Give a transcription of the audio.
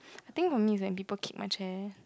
I think for me is when people kick my chair